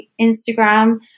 Instagram